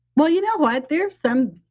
well, you know what? there are some,